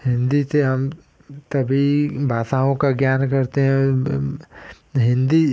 हिन्दी से हम सभी भाषाओं का ज्ञान करते हैं हिन्दी